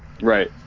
Right